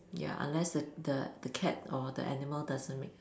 ya unless the the the cat or the animal doesn't make